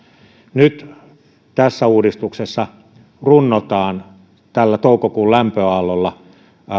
nyt tässä uudistuksessa runnotaan tällä toukokuun lämpöaallolla